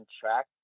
track